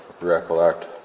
recollect